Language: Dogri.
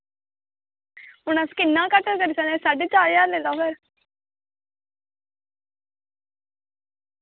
हुन अस किन्ना घट्ट करी सकने साढ़े चार ज्हार लेई लैओ बस